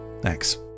Thanks